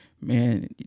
man